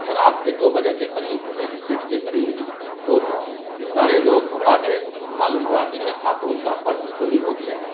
کہ رات کے دو بجے کے قریب میری سیٹ کے قریب ہی شور ہوا سارے لوگ گھبرا گئے معلوم ہوا کہ ایک خاتون کا پرس چوری ہو گیا ہے